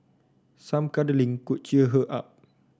some cuddling could cheer her up